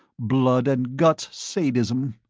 blood and guts sadism.